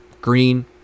green